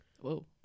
Whoa